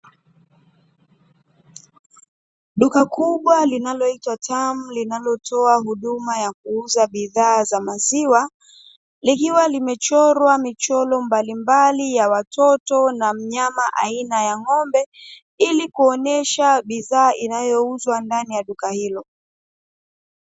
Duka kubwa linaloitwa "Tam", linalotoa huduma ya kuuza bidhaa za maziwa, likiwa limechorwa michoro mbalimbali ya watoto na mnyama aina ya ng'ombe, ili kuonyesha bidhaa inayouzwa ndani ya duka hilo.